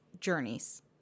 journeys